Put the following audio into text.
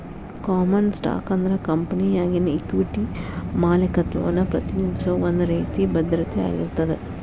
common stock ಅಂದ್ರ ಕಂಪೆನಿಯಾಗಿನ equity ಮಾಲೇಕತ್ವವನ್ನ ಪ್ರತಿನಿಧಿಸೋ ಒಂದ್ ರೇತಿ ಭದ್ರತೆ ಆಗಿರ್ತದ